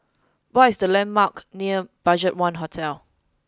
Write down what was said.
what are the landmarks near BudgetOne Hotel